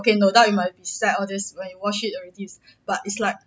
okay no doubt you might be sad all this when you watch it already but it's like